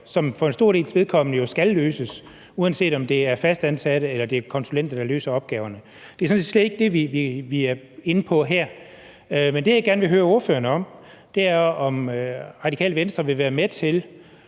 som for en stor dels vedkommende jo skal løses, uanset om det er fastansatte eller konsulenter, der løser opgaverne. Det er sådan set slet ikke det, vi er inde på her. Det, jeg gerne vil høre ordføreren om, er, om Radikale Venstre vil være med til